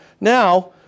Now